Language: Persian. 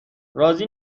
راضی